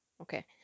okay